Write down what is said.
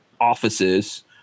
offices